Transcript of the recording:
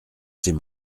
c’est